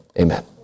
Amen